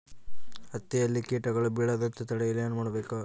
ಹತ್ತಿಯಲ್ಲಿ ಕೇಟಗಳು ಬೇಳದಂತೆ ತಡೆಯಲು ಏನು ಮಾಡಬೇಕು?